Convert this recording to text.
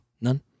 None